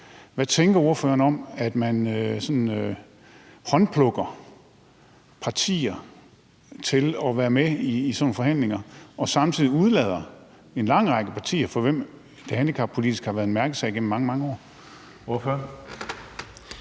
Hvad tænker ordføreren om, at man sådan håndplukker partier til at være med i sådan nogle forhandlinger og samtidig udelader en lang række partier, for hvem det handicappolitiske har været en mærkesag gennem mange, mange år?